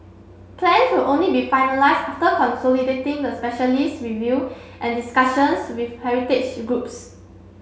plans will only be finalised after consolidating the specialist review and discussions with heritage groups